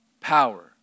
power